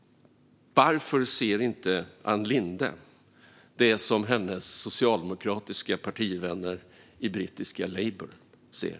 Varför ser inte Ann Linde det som hennes socialdemokratiska partivänner i brittiska Labour ser?